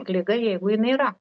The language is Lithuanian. ligą jeigu jinai yra